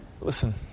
Listen